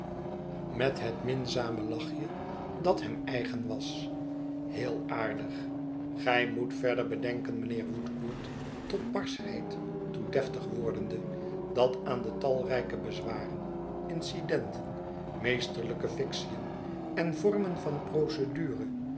met het minzame lachje dat hem eigen was heel aardig gij moet verder bedenken mijnheer woodcourt tot barschheid toe deftig wordende dat aan de talrijke bezwaren incidenten meesterlijke fictiën en vormen van procedure